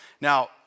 Now